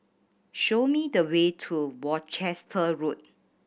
show me the way to Worcester Road